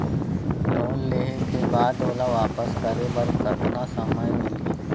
Loan लेहे के बाद ओला वापस करे बर कतना समय मिलही?